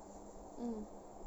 mm